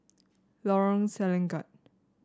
Lorong Selangat